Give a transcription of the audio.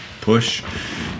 push